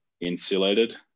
insulated